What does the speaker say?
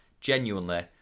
genuinely